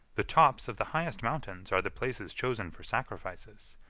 the tops of the highest mountains are the places chosen for sacrifices.